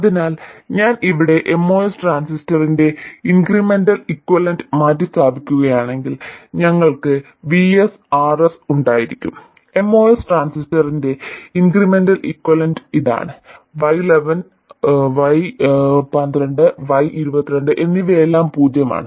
അതിനാൽ ഞാൻ ഇവിടെ MOS ട്രാൻസിസ്റ്ററിന്റെ ഇൻക്രിമെന്റൽ ഇക്വലന്റ് മാറ്റിസ്ഥാപിക്കുകയാണെങ്കിൽ ഞങ്ങൾക്ക് VS RS ഉണ്ടായിരിക്കും MOS ട്രാൻസിസ്റ്ററിന്റെ ഇൻക്രിമെന്റൽ ഇക്വലന്റ് ഇതാണ് Y11 Y12 Y22 എന്നിവയെല്ലാം പൂജ്യമാണ്